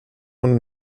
und